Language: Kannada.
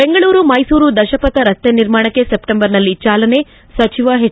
ಬೆಂಗಳೂರು ಮೈಸೂರು ದಶಪಥ ರಸ್ತೆ ನಿರ್ಮಾಣಕ್ಕೆ ಸೆಪ್ಟೆಂಬರ್ನಲ್ಲಿ ಚಾಲನೆ ಸಚಿವ ಎಚ್